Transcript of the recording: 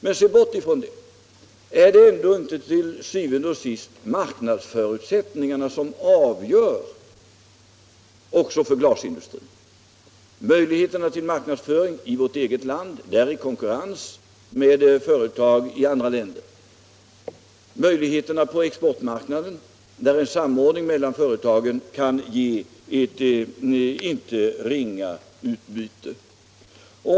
Men bortsett ifrån det, är det til syvende og sidst marknadsförutsättningarna som avgör — också för glasindustrin — möjligheterna till marknadsföring i vårt eget land i konkurrens med företag i andra länder och möjligheterna på exportmarknaden, där en samordning mellan företagen kan ge ett inte ringa utbyte.